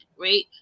Right